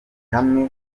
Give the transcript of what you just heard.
hamwe